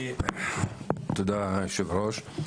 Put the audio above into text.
תודה, אדוני היושב-ראש.